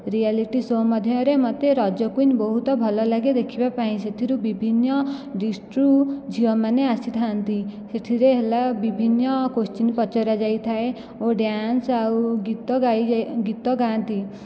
reality show ମଧ୍ୟରେ ମୋତେ Raja queen ବହୁତ ଭଲ ଲାଗେ ଦେଖିବା ପାଇଁ ସେଥିରୁ ବିଭିନ୍ନ ଡିଷ୍ଟ୍ରିକ୍ଟ ରୁ ଝିଅମାନେ ଆସିଥାନ୍ତି ସେଥିରେ ହେଲା ବିଭିନ୍ନ କୋସ୍ଚିନ ପଚରା ଯାଇଥାଏ ଓ ଡ୍ୟାନ୍ସ ଆଉ ଗୀତ ଗାଇ ଗୀତ ଗାଆନ୍ତି